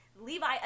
Levi